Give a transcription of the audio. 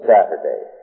Saturday